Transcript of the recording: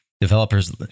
developers